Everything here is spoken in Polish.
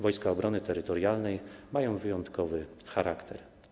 Wojska Obrony Terytorialnej mają wyjątkowy charakter.